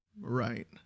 Right